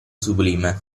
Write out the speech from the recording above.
sublime